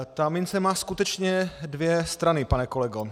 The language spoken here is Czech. Ta mince má skutečně dvě strany, pane kolego.